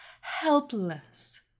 helpless